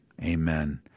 Amen